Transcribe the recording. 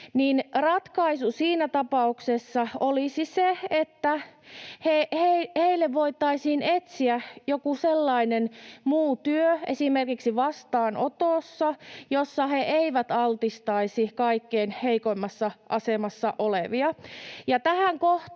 ratkaisu siinä tapauksessa olisi se, että heille voitaisiin etsiä joku sellainen muu työ esimerkiksi vastaanotossa, jossa he eivät altistaisi kaikkein heikoimmassa asemassa olevia.